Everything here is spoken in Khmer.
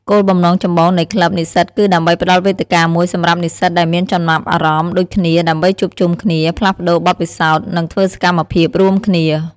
គោលបំណងចម្បងនៃក្លឹបនិស្សិតគឺដើម្បីផ្តល់វេទិកាមួយសម្រាប់និស្សិតដែលមានចំណាប់អារម្មណ៍ដូចគ្នា ដើម្បីជួបជុំគ្នា ផ្លាស់ប្តូរបទពិសោធន៍ និងធ្វើសកម្មភាពរួមគ្នា។